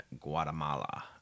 Guatemala